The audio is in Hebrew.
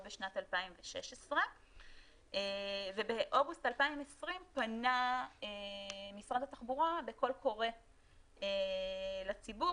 בשנת 2016. באוגוסט 2020 פנה משרד התחבורה בקול קורא לציבור